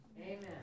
Amen